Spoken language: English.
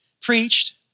preached